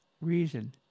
reason